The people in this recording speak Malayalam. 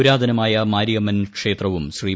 പുരാതനമായ മാരിയമ്മൻ ക്ഷേത്രവും ശ്രീ